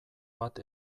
bat